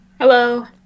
Hello